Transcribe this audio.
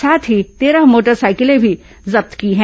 साथ ही तेरह मोटरसाइकिलें भी जब्त की हैं